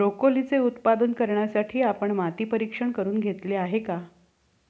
ब्रोकोलीचे उत्पादन करण्यासाठी आपण माती परीक्षण करुन घेतले आहे का?